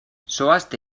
zoazte